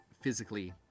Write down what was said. physically